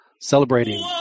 celebrating